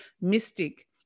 mystic